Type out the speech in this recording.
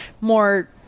More